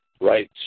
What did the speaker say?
right